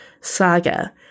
saga